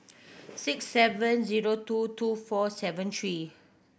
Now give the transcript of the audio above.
six seven zero two two four seven three